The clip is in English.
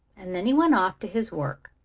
and then he went off to his work,